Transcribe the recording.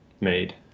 made